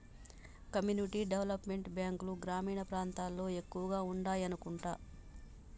community development బ్యాంకులు గ్రామీణ ప్రాంతాల్లో ఎక్కువగా ఉండాయనుకుంటా